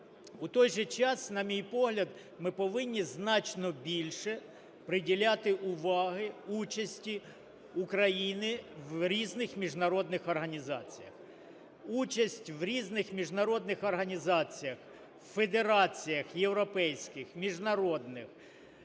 У той же час, на мій погляд, ми повинні значно більше приділяти увагу участі України в різних міжнародних організаціях. Участь в різних міжнародних організаціях, в федераціях європейських, міжнародних,